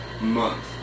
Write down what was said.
month